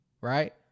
right